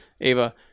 Ava